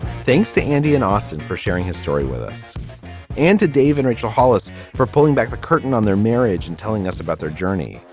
thanks to andy in austin for sharing his story with us and to dave and rachel hollis for pulling back the curtain on their marriage and telling us about their journey